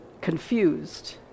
confused